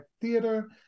theater